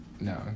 No